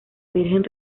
virgen